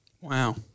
Wow